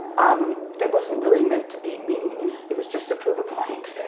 um but it wasn't really meant to be mean. it was just to prove a point.